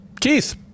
Keith